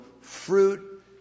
fruit